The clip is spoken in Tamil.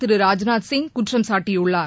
திரு ராஜ்நாத்சிங் குற்றம் சாட்டியுள்ளார்